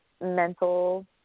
mental